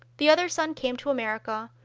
the other son came to america,